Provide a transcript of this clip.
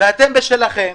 ואתם בשלכם.